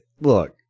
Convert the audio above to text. look